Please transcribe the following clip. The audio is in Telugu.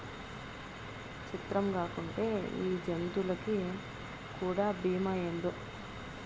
సిత్రంగాకుంటే ఈ జంతులకీ కూడా బీమా ఏందో